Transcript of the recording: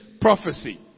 prophecy